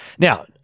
Now